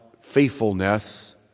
faithfulness